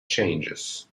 changes